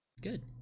good